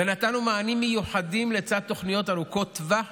ונתנו מענים מיוחדים לצד תוכניות ארוכות טווח